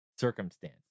circumstance